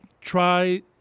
try